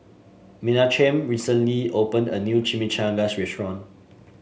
Menachem recently opened a new Chimichangas Restaurant